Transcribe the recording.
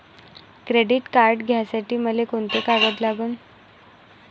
Credit card घ्यासाठी मले कोंते कागद लागन?